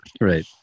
right